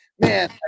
Man